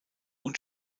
und